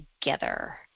together